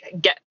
get